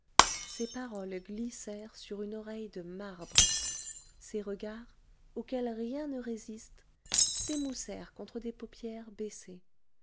ses paroles glissèrent sur une oreille de marbre ses regards auxquels rien ne résiste s'émoussèrent contre des paupières baissées